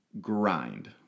grind